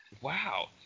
Wow